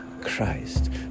Christ